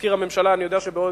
מזכיר הממשלה, אני יודע שבעוד